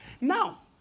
Now